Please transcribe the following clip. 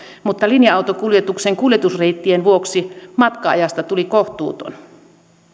mutta linja autokuljetuksen kuljetusreittien vuoksi matka ajasta tuli kohtuuton